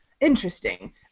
interesting